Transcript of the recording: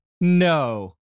No